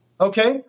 Okay